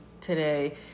today